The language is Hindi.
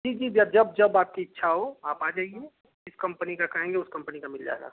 जी जी जब जब जब आपकी इच्छा हो आप आ जाइए जिस कम्पनी का कहेंगे उस कम्पनी का मिल जाएगा